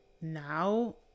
now